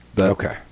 Okay